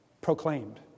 proclaimed